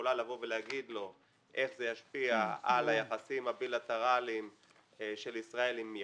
שיכולה להגיד לו איך זה ישפיע על היחסים הבילטרליים של ישראל עם יוון,